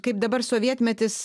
kaip dabar sovietmetis